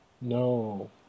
No